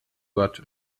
gott